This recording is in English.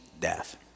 death